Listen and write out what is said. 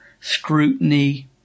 scrutiny